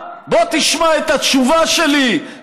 בוא תשמע את התשובה שלי,